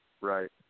Right